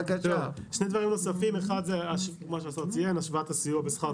שני דברים נוספים: אחד הוא השוואת הסיוע בשכר